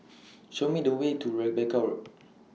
Show Me The Way to Rebecca Road